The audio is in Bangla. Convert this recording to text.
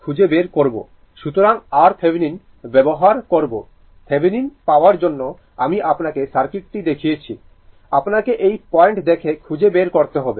সুতরাং RThevenin বেবহার করবো Thevenin পাওয়ার জন্য আমি আপনাকে সার্কিটি দেখিয়েছি আপনাকে এই পয়েন্ট দেখে খুঁজে বের করতে হবে